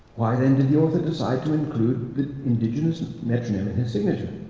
why, then, did the author decide to include the indigenous metronym in his signature?